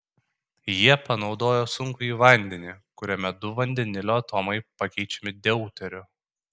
jie panaudojo sunkųjį vandenį kuriame du vandenilio atomai pakeičiami deuteriu